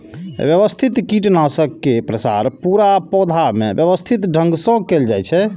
व्यवस्थित कीटनाशक के प्रसार पूरा पौधा मे व्यवस्थित ढंग सं कैल जाइ छै